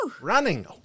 Running